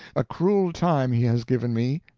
a cruel time he has given me,